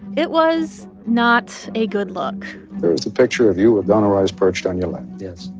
it was not a good look there's a picture of you with donna rice perched on your lap. yes.